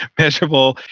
measurable,